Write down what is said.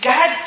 God